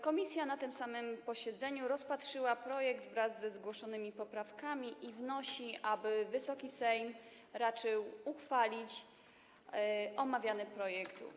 Komisja na tym samym posiedzeniu rozpatrzyła projekt ustawy wraz ze zgłoszonymi poprawkami i wnosi, aby Wysoki Sejm raczył uchwalić omawiany projekt.